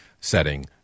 setting